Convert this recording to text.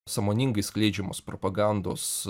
sąmoningai skleidžiamos propagandos